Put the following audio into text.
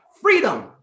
freedom